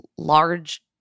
large